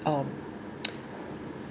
um